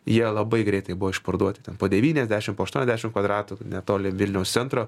jie labai greitai buvo išparduoti ten po devyniasdešimt po aštuoniasdešimt kvadratų netoli vilniaus centro